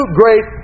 great